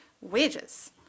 wages